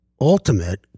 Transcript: ultimate